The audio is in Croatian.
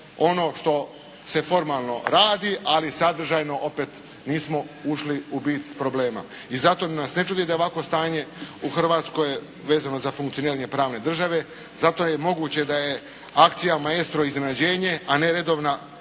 ono što se formalno radi ali sadržajno opet nismo ušli u bit problema. i zato nas ne čudi da je ovakvo stanje u Hrvatskoj vezano za funkcioniranje pravne države. Zato je moguće da je akcija maestro iznenađenje a ne redovna